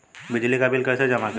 बिजली का बिल कैसे जमा करें?